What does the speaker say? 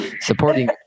supporting